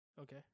Okay